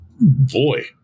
boy